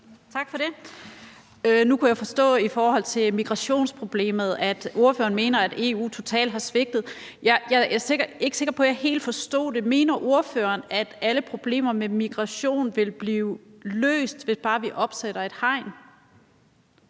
Tak for det. Nu kunne jeg forstå, at ordføreren mener, at EU har svigtet totalt i forhold til migrationsproblemet. Jeg er ikke sikker på, at jeg helt forstod det – mener ordføreren, at alle problemer med migration vil blive løst, hvis bare vi opsætter et hegn?